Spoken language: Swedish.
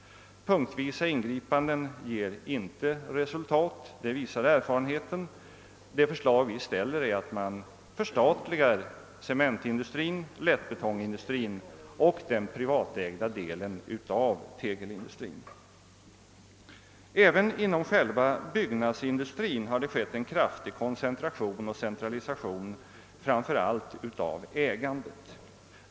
Punktvisa ingripanden ger inte resultat — det visar erfarenheten. Det förslag vi ställer är att man förstatligar cementindustrin, betongindustrin och den privatägda delen av tegelindustrin. Även inom själva byggnadsindustrin har det skett en kraftig koncentration och centralisation framför allt av ägandet.